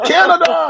Canada